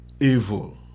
evil